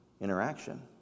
interaction